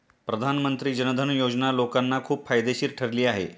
प्रधानमंत्री जन धन योजना लोकांना खूप फायदेशीर ठरली आहे